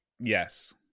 Yes